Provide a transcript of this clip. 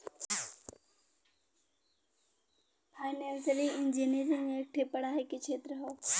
financial engineering एक ठे पढ़ाई के क्षेत्र हौ